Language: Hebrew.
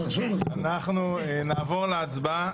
אנחנו נעבור להצבעה.